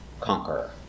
conqueror